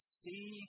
see